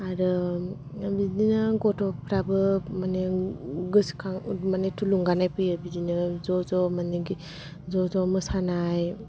आरो बिदिनो गथ'फ्राबो मानि गोसोखौ माने थुलुंगानाय फैयो बिदिनो ज' ज' मानेखि ज' ज' मोसानाय